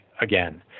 again